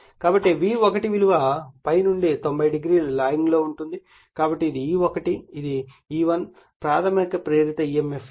కాబట్టి V1 విలువ ∅నుండి 90o లాగింగ్ లో ఉంటుంది కాబట్టి ఇది E1 ఇది నా E1 ప్రాధమిక ప్రేరిత emf